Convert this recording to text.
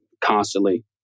constantly